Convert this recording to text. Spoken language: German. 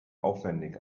aufwendig